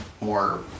more